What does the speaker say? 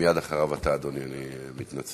מייד אחריו אתה, אדוני, אני מתנצל.